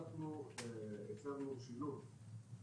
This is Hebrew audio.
הצבנו שילוט,